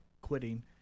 quitting